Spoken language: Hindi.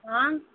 हाँ